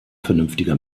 vernünftiger